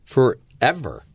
Forever